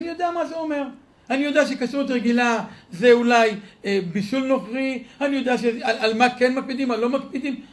אני יודע מה זה אומר, אני יודע שכשרות רגילה זה אולי בישול נוכרי, אני יודע על מה כן מקפידים, מה לא מקפידים